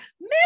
miss